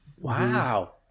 Wow